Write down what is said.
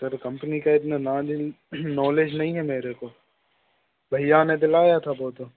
sir company का इतना knowledge knowledge नहीं है मेरे को भैया ने दिलाया था वह तो